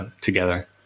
together